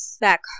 back